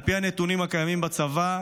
על פי הנתונים הקיימים בצבא,